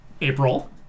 April